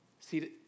See